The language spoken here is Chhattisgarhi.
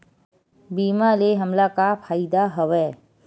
बीमा ले हमला का फ़ायदा हवय?